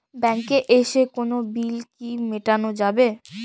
ব্যাংকে এসে কোনো বিল কি মেটানো যাবে?